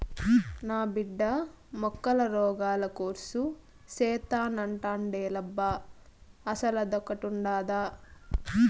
నా బిడ్డ మొక్కల రోగాల కోర్సు సేత్తానంటాండేలబ్బా అసలదొకటుండాదా